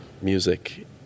music